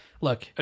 Look